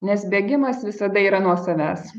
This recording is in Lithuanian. nes bėgimas visada yra nuo savęs